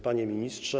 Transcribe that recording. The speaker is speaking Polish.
Panie Ministrze!